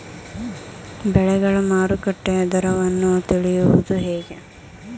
ಬೆಳೆಗಳ ಮಾರುಕಟ್ಟೆಯ ದರವನ್ನು ತಿಳಿಯುವುದು ಹೇಗೆ?